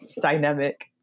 dynamic